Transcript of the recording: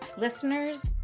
Listeners